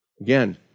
Again